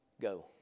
go